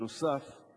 נוסף על כך,